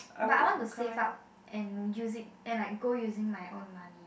but I want to and save up and use it and like go using my own money